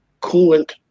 coolant